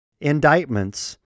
indictments